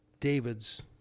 David's